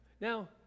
Now